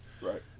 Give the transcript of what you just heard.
Right